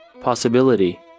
Possibility